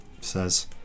says